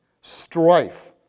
Strife